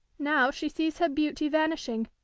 now she sees her beauty vanishing,